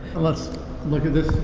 let's look at this